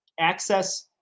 access